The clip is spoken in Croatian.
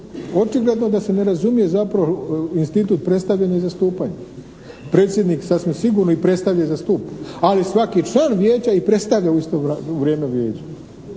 Očigledno da se ne razumije zapravo institut predstavljanja i zastupanja. Predsjednik sasvim sigurno i predstavlja i zastupa, ali svaki član vijeća i predstavlja u isto vrijeme vijeće.